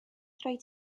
rhaid